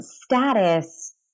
status